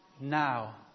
now